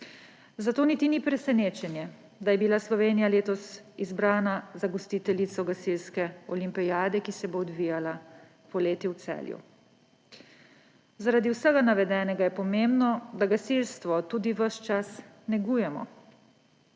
Zato niti ni presenečenje, da je bila Slovenija letos izbrana za gostiteljico gasilske olimpijade, ki se bo odvijala poleti v Celju. Zaradi vsega navedenega je pomembno, da gasilstvo tudi ves čas negujemo.